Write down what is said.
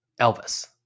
Elvis